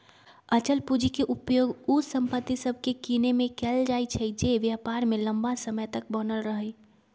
अचल पूंजी के उपयोग उ संपत्ति सभके किनेमें कएल जाइ छइ जे व्यापार में लम्मा समय तक बनल रहइ